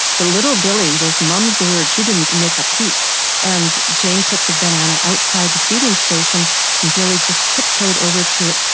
but little dilly mum's the word, she didn't make a peep and jane put the banana outside the feeding station and dilly just tiptoed over to it,